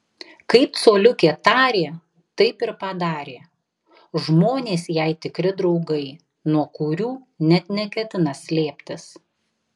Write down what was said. kaip coliukė tarė taip ir padarė žmonės jai tikri draugai nuo kurių net neketina slėptis